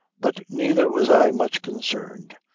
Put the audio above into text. but neither was i much concerned.